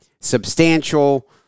substantial